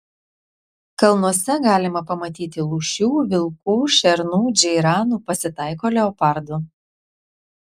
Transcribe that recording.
kalnuose galima pamatyti lūšių vilkų šernų džeiranų pasitaiko leopardų